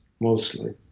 mostly